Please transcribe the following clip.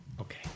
Okay